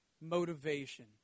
motivation